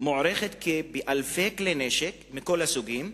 מוערכת באלפי כלי נשק מכל הסוגים,